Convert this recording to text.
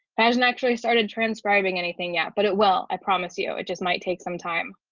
hasn't actually started transcribing anything yet, but it will i promise you, it just might take some time.